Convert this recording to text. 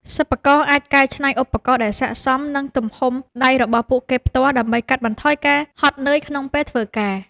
សិប្បករអាចកែច្នៃឧបករណ៍ដែលស័ក្តិសមនឹងទំហំដៃរបស់ពួកគេផ្ទាល់ដើម្បីកាត់បន្ថយការហត់នឿយក្នុងពេលធ្វើការ។